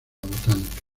botánica